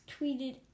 tweeted